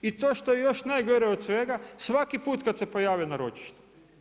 I to što je još najgore od svega, svaki put kad se pojave na ročištu.